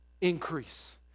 increase